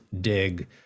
Dig